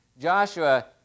Joshua